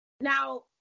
Now